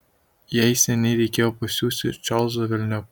jai seniai reikėjo pasiųsti čarlzą velniop